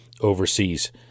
overseas